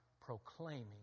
proclaiming